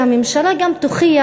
שהממשלה גם תוכיח,